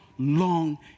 Long